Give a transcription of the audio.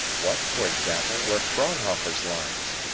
what, for example, were fraunhofer's lines?